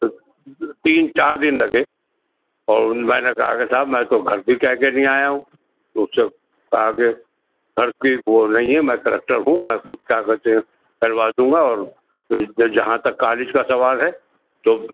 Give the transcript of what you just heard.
تین چار دن لگے اور ان میں نے کہا کے صاحب میں تو گھر بھی کہہ کے نہیں آیا ہوں اس سے آگے گھر کی وہ نہیں ہے میں کلیکٹر ہوں میں خود کیا کہتے ہیں کروا دوں گا اور جہاں تک کالج کا سوال ہے تو